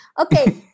Okay